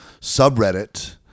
subreddit